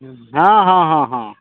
हँ हँ हँ हँ